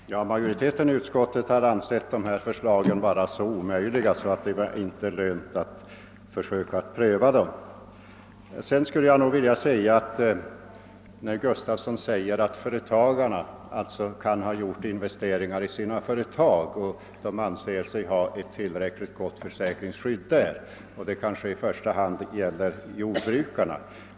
Herr talman! Majoriteten i utskottet har ansett de här förslagen vara så omöjliga att det inte är lönt att försöka pröva dem. Herr Gustavsson sade att företagarna kan ha gjort investeringar i sina företag och att de anser sig ha ett tillräckligt gott åldersskydd där. Detta gäller kanske i första hand jordbrukarna.